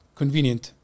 convenient